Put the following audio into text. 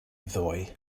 ddoe